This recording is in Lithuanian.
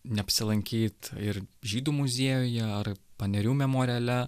neapsilankyt ir žydų muziejuje ar panerių memoriale